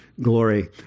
glory